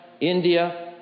India